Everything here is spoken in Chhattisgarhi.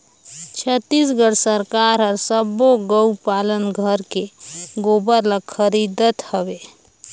छत्तीसगढ़ सरकार हर सबो गउ पालन घर के गोबर ल खरीदत हवे